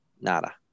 Nada